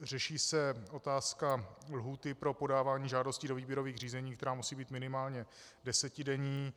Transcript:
Řeší se otázka lhůty pro podávání žádostí do výběrových řízení, která musí být minimálně desetidenní.